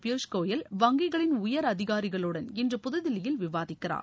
பியூஷ் கோயல் வங்கிகளின் உயர் அதிகாரிகளுடன் இன்று புதுதில்லியில் விவாதிக்கிறார்